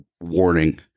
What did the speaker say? warning